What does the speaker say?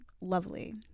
lovely